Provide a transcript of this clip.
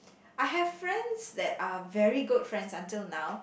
I have friends that are very good friends until now